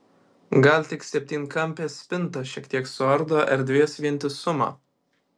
gal tik septynkampė spinta šiek tiek suardo erdvės vientisumą